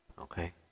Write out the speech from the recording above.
Okay